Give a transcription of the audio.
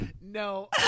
No